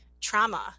trauma